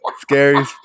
Scary